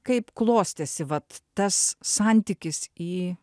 kaip klostėsi vat tas santykis į